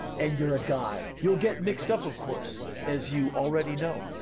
and you're a guy. you'll get mixed up, of course, as you already know.